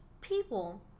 people